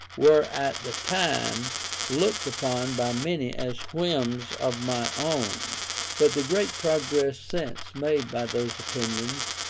were at the time looked upon by many as whims of my own but the great progress since made by those opinions,